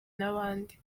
n’abandi